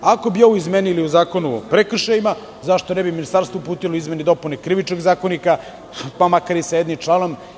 Ako bi ovo izmenili u Zakonu o prekršajima, zašto ne bi ministarstvo uputilo izmene i dopune Krivičnog zakonika pa makar i sa jednim članom.